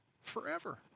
Forever